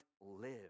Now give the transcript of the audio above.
live